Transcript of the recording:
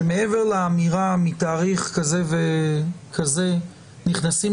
שמעבר לאמירה שמתאריך כזה וכזה נכנסים